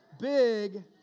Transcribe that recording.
big